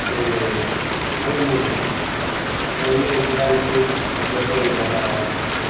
से ओहिमे पहिले बैलसँ जोतैत रहए